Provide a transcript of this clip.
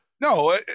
No